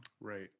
right